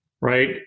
right